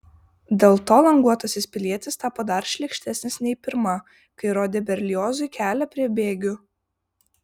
dėl to languotasis pilietis tapo dar šlykštesnis nei pirma kai rodė berliozui kelią prie bėgių